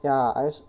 ya I als~